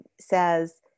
says